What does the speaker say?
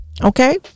okay